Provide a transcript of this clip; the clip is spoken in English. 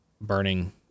burning